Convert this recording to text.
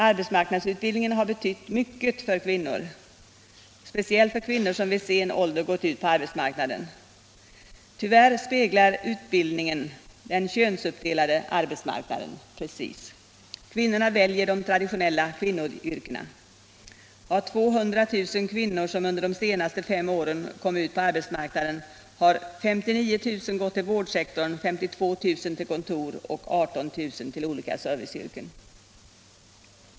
Arbetsmarknadsutbildningen har betytt mycket för kvinnorna, speciellt för dem som vid ganska hög ålder har gått ut på arbetsmarknaden. Tyvärr speglar utbildningen exakt den könsuppdelade arbetsmarknaden. Kvinnorna väljer de traditionella kvinnoyrkena. Av 200 000 kvinnor som under de senaste fem åren kommit ut på arbetsmarknaden har 59 000 gått till vårdsektorn, 52 000 har börjat arbeta på kontor och 18 000 har gått till olika serviceyrken.